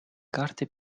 carte